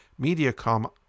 Mediacom